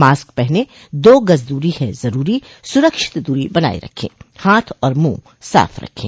mask पहनें दो गज़ दूरी है ज़रूरी सुरक्षित दूरी बनाए रखें हाथ और मुंह साफ़ रखें